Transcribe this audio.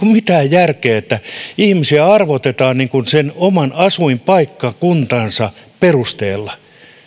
mitään järkeä että ihmisiä arvotetaan sen oman asuinpaikkakuntansa perusteella